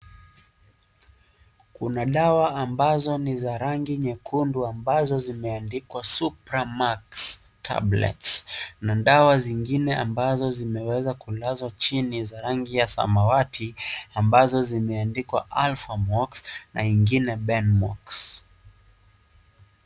Kuna dawa ambazo ni za rangi nyekundu ambazo zimeandikwa supramax tablets na dawa zingine ambazo zimeweza kulazwa chini za rangi ya samawati ambazo zimeandikwa alphamox na ingine benmox